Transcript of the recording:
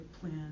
plan